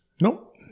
Nope